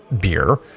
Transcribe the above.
beer